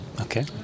Okay